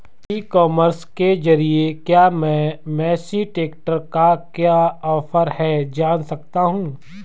ई commerce के ज़रिए क्या मैं मेसी ट्रैक्टर का क्या ऑफर है जान सकता हूँ?